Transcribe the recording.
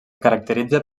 caracteritza